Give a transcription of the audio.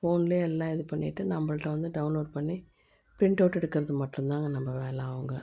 ஃபோன்லேயே எல்லாம் இது பண்ணிவிட்டு நம்மள்ட்ட வந்து டவுன்லோடு பண்ணி ப்ரிண்ட்அவுட் எடுக்கிறது மட்டும்தாங்க நம்ம வேலை அவங்க